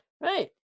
right